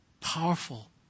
powerful